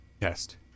test